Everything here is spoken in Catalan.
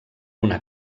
una